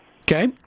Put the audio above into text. Okay